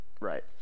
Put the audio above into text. Right